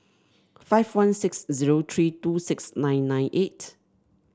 five one six zoer three two six nine nine eight